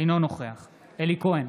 אינו נוכח אלי כהן,